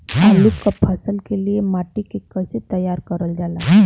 आलू क फसल के लिए माटी के कैसे तैयार करल जाला?